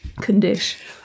condition